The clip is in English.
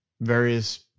various